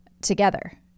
together